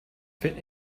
fit